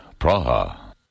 Praha